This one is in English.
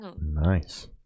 Nice